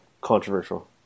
controversial